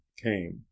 came